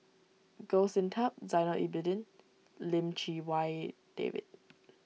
Goh Sin Tub Zainal Abidin Lim Chee Wai David